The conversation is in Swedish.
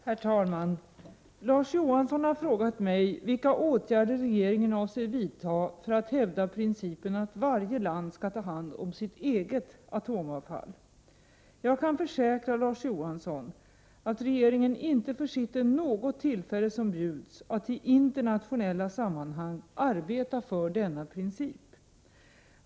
Herr talman! Larz Johansson har frågat mig om vilka åtgärder regeringen avser vidta för att hävda principen att varje land skall ta hand om sitt eget atomavfall. Jag kan försäkra Larz Johansson att regeringen inte försitter något tillfälle som bjuds att i internationella sammanhang arbeta för denna princip.